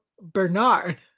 Bernard